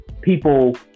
people